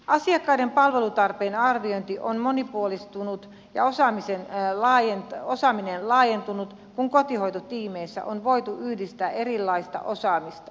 asiakkaiden palvelutarpeen arviointi on monipuolistunut ja osaaminen laajentunut kun kotihoitotiimeissä on voitu yhdistää erilaista osaamista